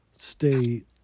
State